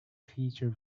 feature